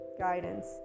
guidance